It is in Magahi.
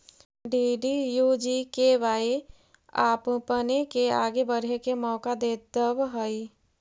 डी.डी.यू.जी.के.वाए आपपने के आगे बढ़े के मौका देतवऽ हइ